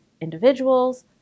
individuals